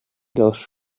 lost